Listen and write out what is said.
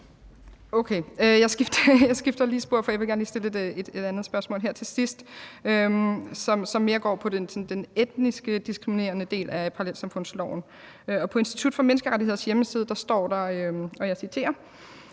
Okay. Jeg skifter lige spor, for jeg vil gerne lige stille et andet spørgsmål her til sidst, som mere går på den etnisk diskriminerende del af parallelsamfundsloven. På Institut for Menneskerettigheders hjemmeside står, og jeg citerer: